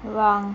wrong